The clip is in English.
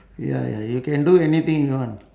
ya ya you can do anything you want